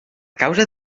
causa